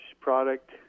product